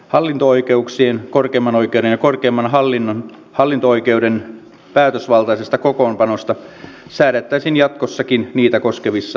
hallinto oikeuksien korkeimman oikeuden ja korkeimman hallinto oikeuden päätösvaltaisesta kokoonpanosta säädettäisiin jatkossakin niitä koskevissa laeissa